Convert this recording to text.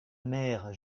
mère